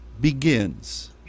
begins